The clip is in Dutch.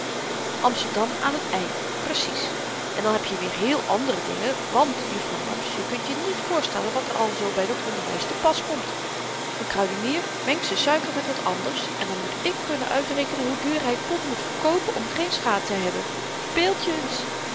amsterdam aan t y precies en dan heb je weêr heel andere dingen want jufvrouw laps je kunt je niet voorstellen wat er al zoo by dat onderwys te pas komt een kruidenier mengt z'n suiker met wat anders en dan moet ik kunnen uitrekenen hoe duur hy t pond moet verkoopen om geen schaê te hebben verbeeld je